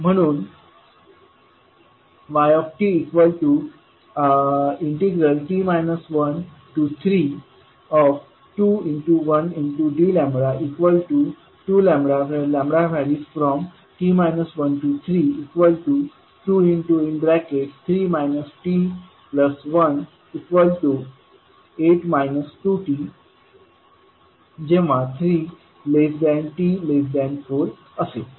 म्हणून ytt 1321dλ2λ।t 13 23 t18 2t3t4असेल